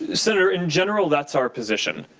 senator, in general that's our position.